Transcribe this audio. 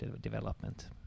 development